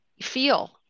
feel